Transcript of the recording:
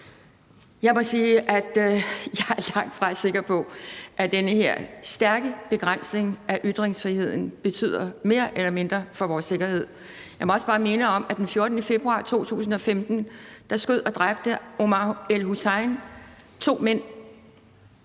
Jeg må sige, at jeg langtfra er sikker på, at den her stærke begrænsning af ytringsfriheden betyder mere eller mindre for vores sikkerhed. Jeg må også bare minde om, at den 14. februar 2015 skød og dræbte Omar El-Hussein to mænd,